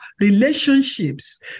relationships